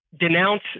denounce